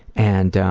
and